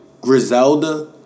Griselda